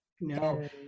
No